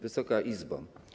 Wysoka Izbo!